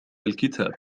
الكتاب